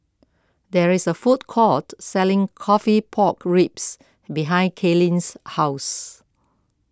there is a food court selling Coffee Pork Ribs behind Kaylin's house